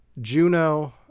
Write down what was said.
Juno